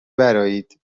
برآیید